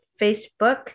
Facebook